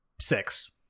six